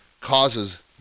causes